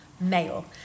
male